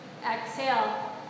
Exhale